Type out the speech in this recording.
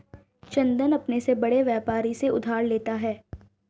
चंदन अपने से बड़े व्यापारी से उधार लेता है